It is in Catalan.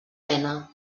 mena